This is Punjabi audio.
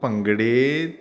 ਭੰਗੜੇ